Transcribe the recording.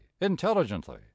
intelligently